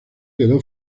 quedó